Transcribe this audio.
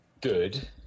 good